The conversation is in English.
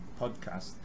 podcast